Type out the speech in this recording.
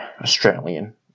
Australian